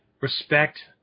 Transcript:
respect